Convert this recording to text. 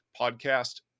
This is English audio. podcast